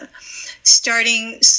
starting